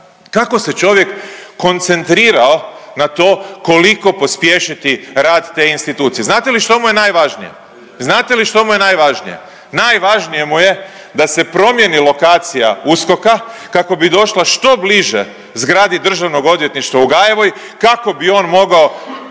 kako se čovjek koncentrirao na to koliko pospješiti rad te institucije. Znate li što mu je najvažnije? Znate li što mu je najvažnije? Najvažnije mu je da se promijeni lokacija USKOK-a kako bi došla što bliže zgradu DORH-a u Gajevom kako bi on mogao